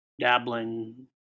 dabbling